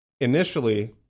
Initially